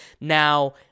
Now